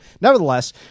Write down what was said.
nevertheless